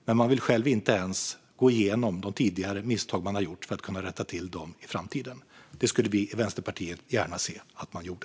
Men man vill inte ens gå igenom de tidigare misstag man själv har gjort för att kunna rätta till dem i framtiden. Det skulle vi i Vänsterpartiet gärna se att man gjorde.